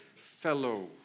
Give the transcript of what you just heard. fellow